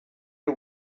y’u